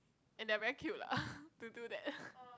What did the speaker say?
and they are very cute lah to do that